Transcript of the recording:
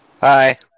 Hi